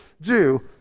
Jew